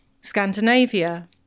Scandinavia